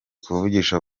kuvugisha